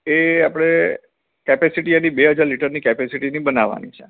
એ આપળે કેપેસિટી એની બેહજાર લિટરની કેપેસિટી બનાવાની છે